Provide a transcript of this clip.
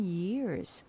years